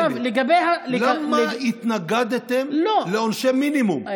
עכשיו, לגבי, למה התנגדתם לעונשי מינימום?